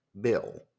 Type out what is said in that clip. Bill